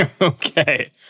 Okay